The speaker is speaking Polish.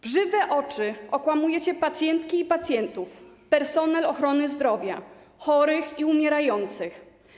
W żywe oczy okłamujecie pacjentki i pacjentów, personel ochrony zdrowia, chorych i umierających.